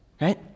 right